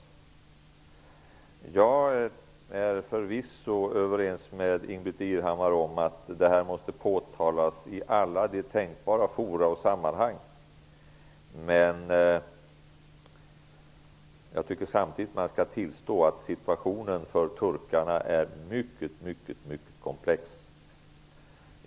Jag är förvisso överens med Ingbritt Irhammar om att detta måste påtalas i alla tänkbara forum och sammanhang. Men jag tycker samtidigt att man skall tillstå att situationen för turkarna är mycket komplex.